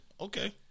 okay